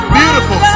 beautiful